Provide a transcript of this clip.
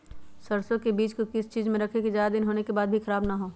सरसो को किस चीज में रखे की ज्यादा दिन होने के बाद भी ख़राब ना हो?